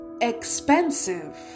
expensive